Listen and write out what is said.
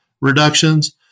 reductions